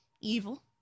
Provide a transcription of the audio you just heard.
evil